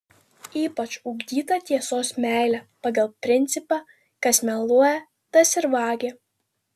ypač ugdyta tiesos meilė pagal principą kas meluoja tas ir vagia